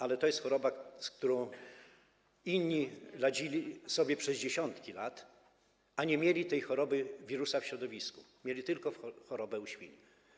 Ale to jest choroba, z którą inni radzili sobie przez dziesiątki lat, a nie mieli tej choroby, wirusa w środowisku, mieli tylko chorobę u świń.